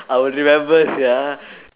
I will remember sia